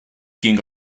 king